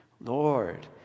Lord